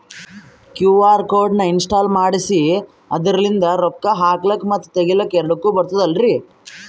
QR code ನ install ಮಾಡೆಸಿ ಅದರ್ಲಿಂದ ರೊಕ್ಕ ಹಾಕ್ಲಕ್ಕ ಮತ್ತ ತಗಿಲಕ ಎರಡುಕ್ಕು ಬರ್ತದಲ್ರಿ?